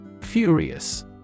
Furious